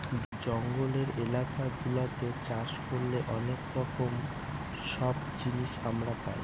জঙ্গলের এলাকা গুলাতে চাষ করলে অনেক রকম সব জিনিস আমরা পাই